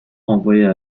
renvoya